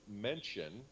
mention